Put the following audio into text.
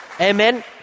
Amen